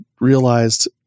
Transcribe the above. realized